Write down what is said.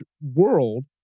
world